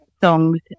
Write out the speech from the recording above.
songs